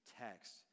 text